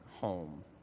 home